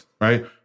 right